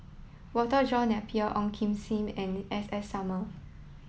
Walter John Napier Ong Kim Seng and S S Sarma